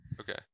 Okay